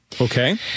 Okay